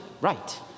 right